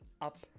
up